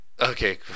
okay